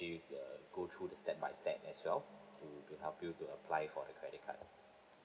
uh go through the step by step as well to to help you to apply for the credit card